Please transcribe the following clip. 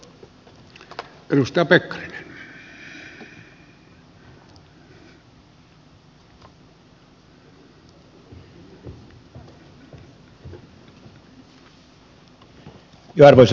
arvoisa puhemies